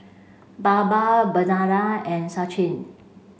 Baba Vandana and Sachin